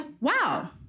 wow